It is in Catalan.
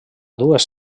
dues